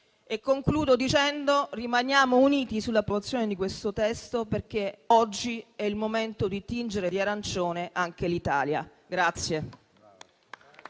tutte le donne. Rimaniamo uniti sull'approvazione di questo testo, perché oggi è il momento di tingere di arancione anche l'Italia.